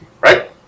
right